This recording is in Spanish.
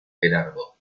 gerardo